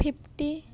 fifty